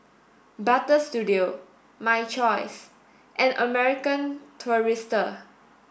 Butter Studio My Choice and American Tourister